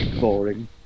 Boring